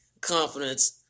confidence